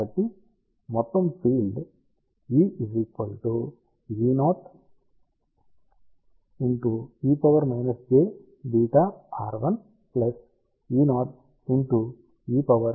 కాబట్టి మొత్తం ఫీల్డ్ అనే పదం ద్వారా ఇవ్వబడుతుంది